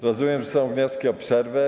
Rozumiem, że są wnioski o przerwę.